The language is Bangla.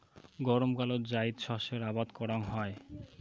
গরমকালত জাইদ শস্যের আবাদ করাং হই